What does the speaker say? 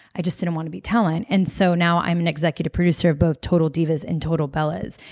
i just didn't want to be talent. and so now i'm an executive producer of both total divas and total bellas,